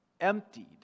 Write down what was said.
emptied